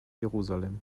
jerusalem